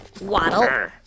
waddle